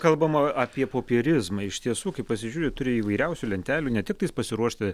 kalbam apie popierizmą iš tiesų kai pasižiūri turi įvairiausių lentelių ne tiktais pasiruošti